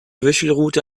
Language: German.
wünschelrute